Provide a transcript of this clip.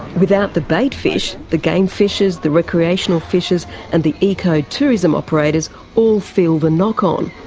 without the bait fish, the game fishers, the recreational fishers and the ecotourism operators all feel the knock on.